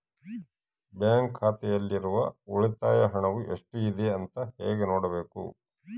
Bank ಖಾತೆಯಲ್ಲಿರುವ ಉಳಿತಾಯ ಹಣವು ಎಷ್ಟುಇದೆ ಅಂತ ಹೇಗೆ ನೋಡಬೇಕು?